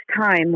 time